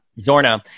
Zorna